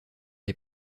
les